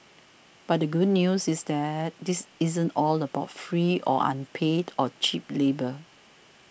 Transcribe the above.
but the good news is that this isn't all about free or unpaid or cheap labour